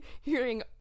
Hearing